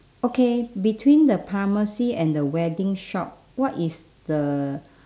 okay between the pharmacy and the wedding shop what is the